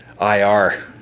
IR